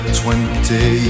twenty